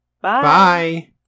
Bye